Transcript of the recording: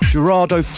Gerardo